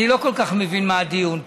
אני לא כל כך מבין מה הדיון פה.